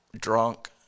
drunk